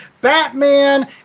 Batman